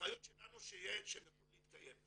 האחריות שלנו היא שהם יוכלו להתקיים.